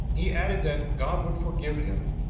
he added, that god would forgive him,